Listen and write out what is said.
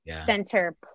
center